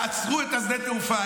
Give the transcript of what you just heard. תעצרו את שדה התעופה.